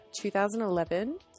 2011